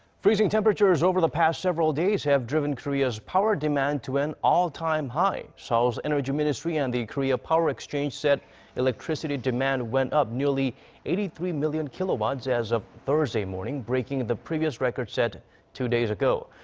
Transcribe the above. freezing temperatures over the past several days have driven korea's power demand to an all-time high. seoul's energy ministry and the korea power exchange said electricity demand went up nearly eighty three million kilowatts as of thursday morning, breaking the previous record set two days ago.